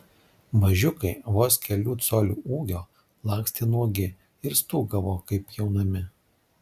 mažiukai vos kelių colių ūgio lakstė nuogi ir stūgavo kaip pjaunami